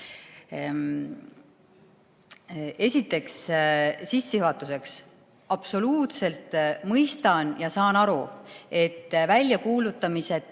Esiteks, sissejuhatuseks: absoluutselt mõistan, saan aru, et väljakuulutamiseta